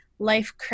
life